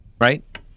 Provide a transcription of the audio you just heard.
right